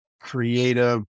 creative